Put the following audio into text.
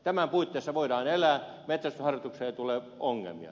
tämän puitteissa voidaan elää metsästysharrastukseen ei tule ongelmia